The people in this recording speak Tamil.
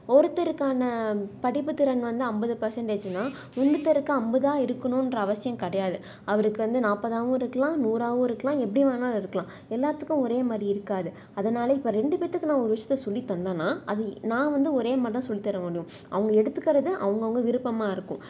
ஒருத்தருக்கான படிப்புத் திறன் வந்து ஐம்பது பர்சன்டேஜுனா இன்னொருத்தருக்கு ஐம்பது தான் இருக்கினுன்ற அவசியம் கிடையாது அவருக்கு வந்து நாற்பதாவும் இருக்கலாம் நூறாகவும் இருக்கலாம் எப்படி வேணுணா இருக்கலாம் எல்லாத்துக்கும் ஒரே மாதிரி இருக்காது அதனால இப்போ ரெண்டு பேற்றுக்கு நான் ஒரு விஷயத்த சொல்லித்தந்தனா அது நான் வந்து ஒரே மாதிரி தான் சொல்லி தரமுடியும் அவங்க எடுத்துக்கிறது அவங்கவுங்க விருப்பமாக இருக்கும்